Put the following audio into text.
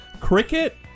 Cricket